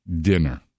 dinner